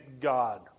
God